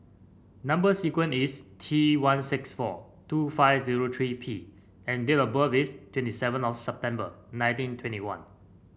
number sequence is T one six four two five zero three P and date of birth is twenty seven September nineteen twenty one